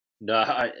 No